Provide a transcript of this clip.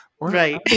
Right